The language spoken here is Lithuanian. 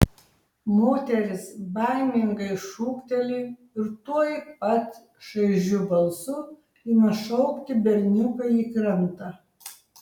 moteris baimingai šūkteli ir tuoj pat šaižiu balsu ima šaukti berniuką į krantą